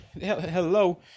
hello